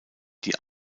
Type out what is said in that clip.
die